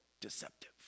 deceptive